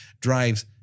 drives